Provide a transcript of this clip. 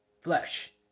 Flesh